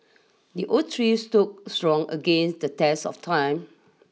the oak tree stood strong against the test of time